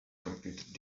computer